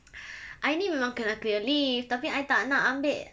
I ni memang kena clear leave tapi I tak nak ambil